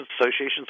associations